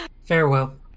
Farewell